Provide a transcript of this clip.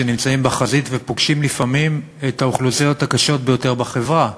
שנמצאים בחזית ופוגשים לפעמים את האוכלוסיות הקשות ביותר בחברה.